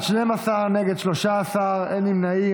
בעד, 12, נגד, 13, אין נמנעים.